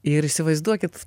ir įsivaizduokit